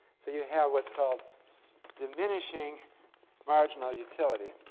so you have what's called diminishing marginal utility